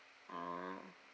ah